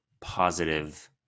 positive